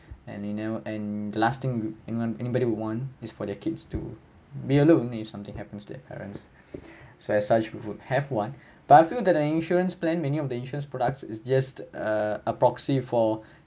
and you know and the last thing any anybody would want is for their kids to be alone if something happens to their parents so as such we would have one but I feel that a insurance plan many of the insurance products is just uh a proxy for